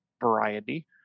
variety